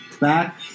back